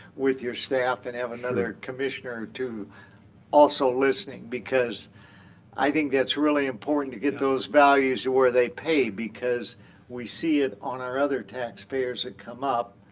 with your staff and have another commissioner or two also listening. because i think that's really important to get those values to where they pay. because we see it on our other taxpayers that come up.